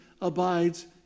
abides